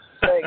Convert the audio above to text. Hey